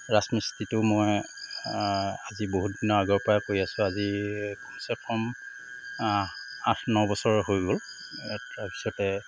ৰাজমিস্ত্ৰীটো মই আজি বহুত দিনৰ আগৰপৰাই কৰি আছো আজি কমচে কম আঠ ন বছৰ হৈ গ'ল তাৰপিছতে